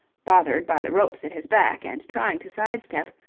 bothered by the ropes at his back and trying to side-step,